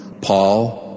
Paul